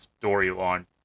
storyline